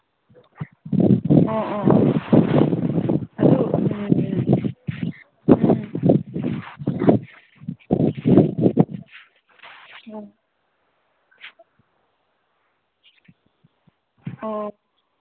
ꯑꯣ ꯑꯣ ꯑꯣ ꯑꯗꯨ ꯑꯣ